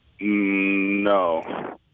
No